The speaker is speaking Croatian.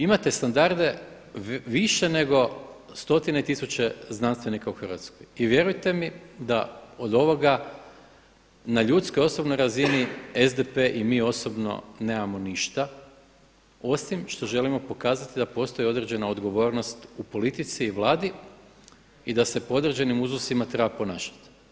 Imate standarde više nego stotine tisuća znanstvenika u Hrvatskoj i vjerujte mi da od ovoga na ljudskoj i osobnoj razini SDP i mi osobno nemamo ništa osim što želimo pokazati da postoji određena odgovornost u politici i vladi i da se po određenim uzusima treba ponašati.